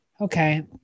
Okay